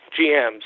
GMs